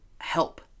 help